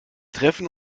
treffen